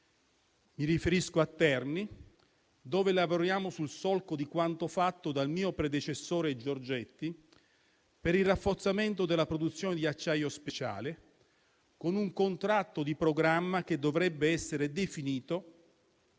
Mi riferisco a Terni, dove lavoriamo sul solco di quanto fatto dal mio predecessore Giorgetti, per il rafforzamento della produzione di acciaio speciale con un contratto di programma che dovrebbe essere definito